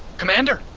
commander,